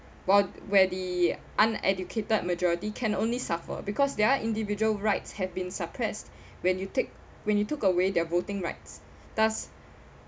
while where the uneducated majority can only suffer because their individual rights have been suppressed when you take when you took away their voting rights does